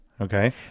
Okay